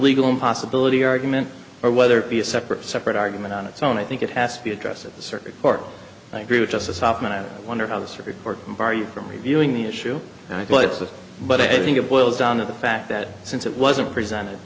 legal and possibility argument or whether it be a separate separate argument on its own i think it has to be addressed at the circuit court of justice often i wonder how the supreme court bar you from reviewing the issue and i but it's a but i think it boils down to the fact that since it wasn't presented